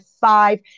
five